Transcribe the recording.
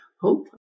hope